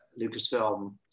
Lucasfilm